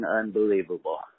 unbelievable